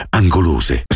angolose